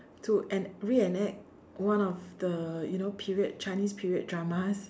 to en~ reenact one of the you know period Chinese period drama